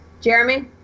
Jeremy